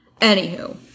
anywho